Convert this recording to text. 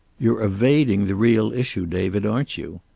you're evading the real issue, david, aren't you?